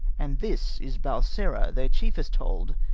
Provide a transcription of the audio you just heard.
and this is balsera, their chiefest hold,